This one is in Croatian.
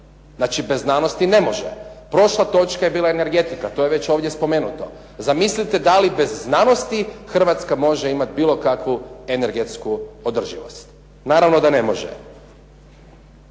Znači bez znanosti ne može. Prošla točka je bila energetika. To je već ovdje spomenuto. Zamislite da li bez znanosti Hrvatska može imati bilo kakvu energetsku održivost. Naravno da ne može.